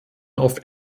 auf